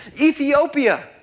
Ethiopia